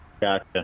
Gotcha